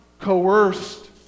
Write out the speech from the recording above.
coerced